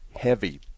heavy